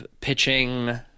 pitching